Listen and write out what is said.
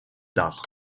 tard